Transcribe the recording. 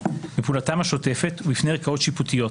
בפעולתם השוטפת ובפני ערכאות שיפוטיות.